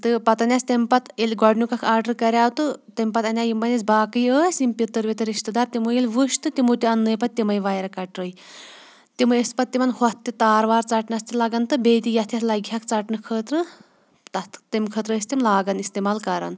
تہٕ پَتہٕ اَنہِ اسہِ تَمہِ پَتہٕ ییٚلہِ گۄٕنیٛک اکھ آرڈَر کَریٛاو تہٕ تَمہِ پَتہٕ اَنٛیٛاو یِم پتہٕ اسہِ باقٕے ٲسۍ یِم پِتٕرِ وِتٕر رِشتہٕ دار تِمو ییٚلہِ وُچھ تہٕ تِمو تہِ اننٲے پَتہٕ تِمٔے وایَر کَٹرٕے تِم ٲسۍ پتہٕ تِمَن ہۄتھ تہِ تار وار ژَٹنَس تہِ لگَان تہٕ بیٚیہِ تہِ یتھ یَتھ لگہِ ہاکھ ژَٹنہٕ خٲطرٕ تَتھ تَمہِ خٲطرٕ ٲسۍ تِم لاگان استعمال کَران